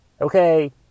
okay